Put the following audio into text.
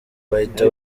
bahita